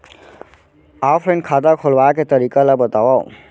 Offline खाता खोलवाय के तरीका ल बतावव?